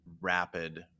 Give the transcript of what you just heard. rapid